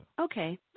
Okay